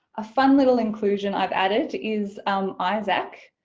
a fun little inclusion i've added is um isaac,